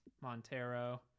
Montero